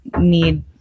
need